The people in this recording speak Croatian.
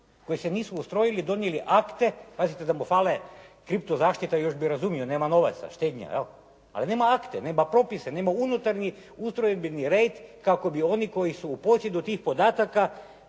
koji se nisu ustrojili, donijeli akte, pazite da mu fali kriptozaštita još bi razumio nema novaca, štednja je. Ali nema akte, nema potpise, nema unutarnji ustrojbeni red kako bi oni koji su u posjedu tih podataka